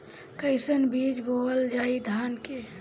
कईसन बीज बोअल जाई धान के?